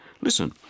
Listen